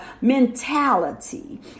mentality